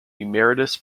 emeritus